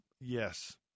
yes